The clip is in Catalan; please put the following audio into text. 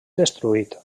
destruït